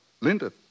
Linda